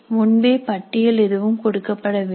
முன்பே பட்டியல் எதுவும் கொடுக்கப்படவில்லை